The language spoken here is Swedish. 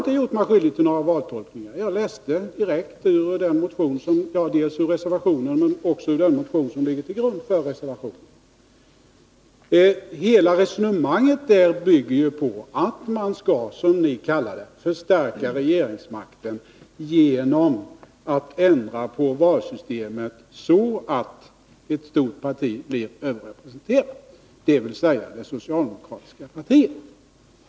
Jag läste direkt dels ur reservationen, dels ur den motion som ligger till grund för reservationen. Hela resonemanget där bygger på att man, som ni kallar det, skall förstärka regeringsmakten genom att ändra valsystemet så, att ett stort parti blir överrepresenterat — dvs. det socialdemokratiska partiet.